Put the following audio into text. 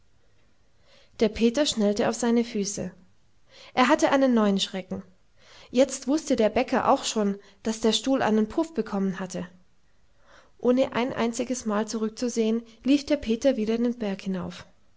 der peter schnellte auf seine füße er hatte einen neuen schrecken jetzt wußte der bäcker auch schon daß der stuhl einen puff bekommen hatte ohne ein einziges mal zurückzusehen lief der peter wieder den berg hinauf